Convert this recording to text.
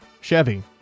Chevy